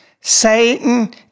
Satan